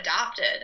adopted